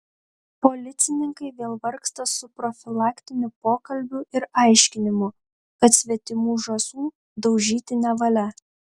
policininkai vėl vargsta su profilaktiniu pokalbiu ir aiškinimu kad svetimų žąsų daužyti nevalia